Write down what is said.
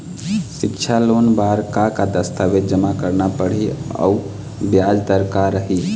सिक्छा लोन बार का का दस्तावेज जमा करना पढ़ही अउ ब्याज दर का रही?